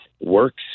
works